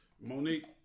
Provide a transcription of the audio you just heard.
Monique